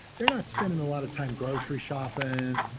they're not spending a lot of time grocery shopping,